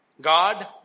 God